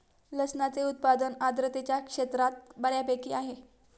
लसणाचे उत्पादन आर्द्रतेच्या क्षेत्रात बऱ्यापैकी आहे